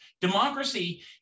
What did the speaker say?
Democracy